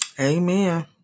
Amen